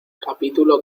capítulo